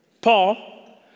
Paul